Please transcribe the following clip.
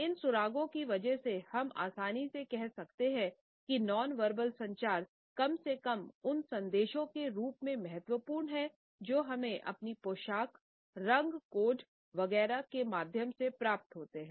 इन सुरागों की वज़ह से हम आसानी से कह सकते हैं कि नॉनवर्बल संचार कम से कम उन संदेशों के रूप में महत्वपूर्ण है जो हमें अपनी पोशाक रंग कोड वगैरह के माध्यम से प्राप्त होते हैं